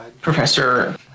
Professor